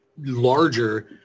larger